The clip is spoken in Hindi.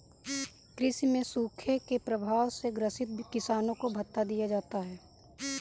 कृषि में सूखे के प्रभाव से ग्रसित किसानों को भत्ता दिया जाता है